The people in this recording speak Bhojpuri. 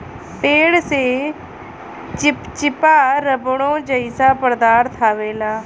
पेड़ से चिप्चिपा रबड़ो जइसा पदार्थ अवेला